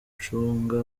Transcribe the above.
mucanga